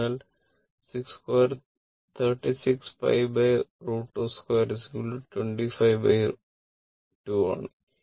അതിനാൽ 6236π √22 25 2 ആണ്